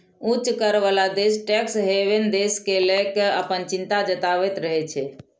उच्च कर बला देश टैक्स हेवन देश कें लए कें अपन चिंता जताबैत रहै छै